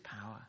power